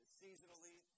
seasonally